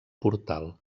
portal